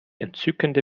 entzückende